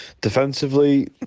defensively